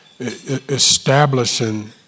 establishing